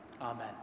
Amen